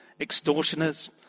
Extortioners